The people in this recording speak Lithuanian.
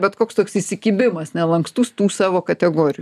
bet koks toks įsikibimas nelankstus tų savo kategorijų